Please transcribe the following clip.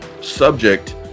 subject